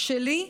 שלי?